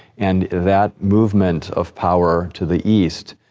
and that movement of power to the east,